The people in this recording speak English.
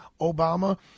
Obama